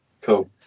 cool